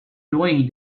doing